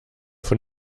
von